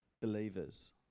believers